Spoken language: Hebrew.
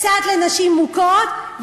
קצת לנשים מוכות,